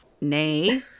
nay